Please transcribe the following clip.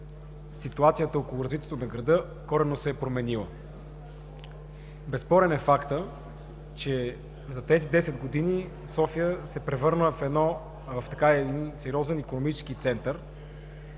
ситуацията около развитието на града коренно се е променила. Безспорен е фактът, че за 10 години София се превърна в един сериозен икономически център,